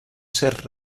ser